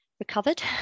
recovered